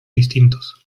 distintos